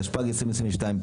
התשפ"ג 2022,